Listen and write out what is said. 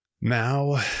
Now